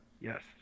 Yes